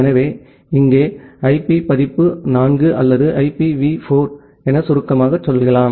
எனவே இங்கே ஐபி பதிப்பு 4 அல்லது ஐபிவி 4 ஐ சுருக்கமாக அழைக்கிறோம்